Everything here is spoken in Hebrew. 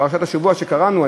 בפרשת השבוע שקראנו,